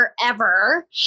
forever